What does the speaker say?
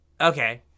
Okay